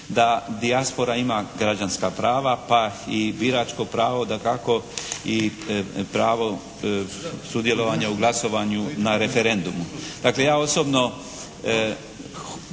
da dijaspora ima građanska prava pa i biračko pravo dakako i pravo sudjelovanja u glasovanju na referendumu. Dakle ja osobno